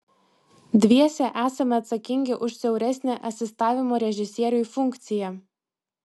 dviese esame atsakingi už siauresnę asistavimo režisieriui funkciją